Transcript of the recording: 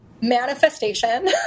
manifestation